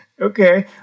Okay